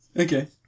okay